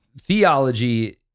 theology